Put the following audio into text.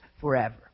forever